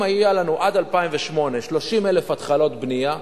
אם עד 2008 היו לנו 30,000 התחלות בנייה,